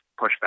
pushback